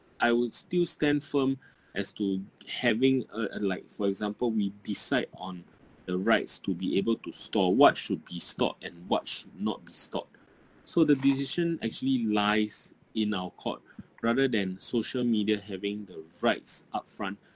I would still stand firm as to having uh uh like for example we decide on the rights to be able to store what should be stored and what should not be stored so the decision actually lies in our court rather than social media having the rights upfront